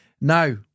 Now